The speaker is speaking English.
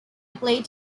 applied